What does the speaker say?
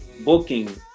booking